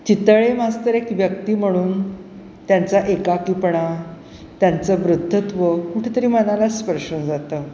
चितळे मस्त एक व्यक्ती म्हणून त्यांचा एकापणा त्यांचं वृद्धत्व कुठेतरी मनालाच स्पर्श जातं